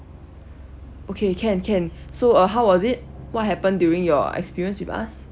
okay can can so uh how was it what happened during your experience with us